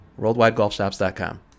WorldWideGolfShops.com